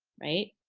right?